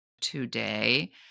today